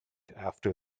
after